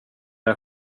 jag